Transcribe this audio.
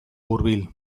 hurbil